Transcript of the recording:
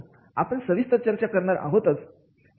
आपण सविस्तर चर्चा करणार आहोत